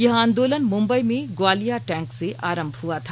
यह आंदोलन मुम्बई में ग्वालिया टैंक से आरम्म हुआ था